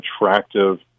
attractive